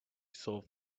solved